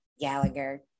Gallagher